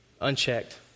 unchecked